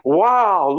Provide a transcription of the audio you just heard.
wow